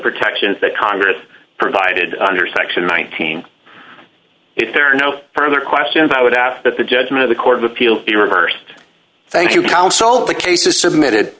protections that congress provided under section nineteen if there are no further questions i would ask that the judgment of the court of appeals be reversed thank you counsel